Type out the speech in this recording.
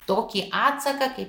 tokį atsaką kaip